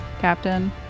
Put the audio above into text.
captain